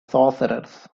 sorcerers